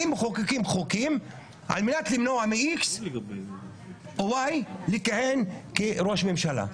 באים ומחוקקים חוקים על מנת למנוע מ-X או מ-Y לכהן כראש ממשלה.